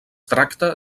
tracta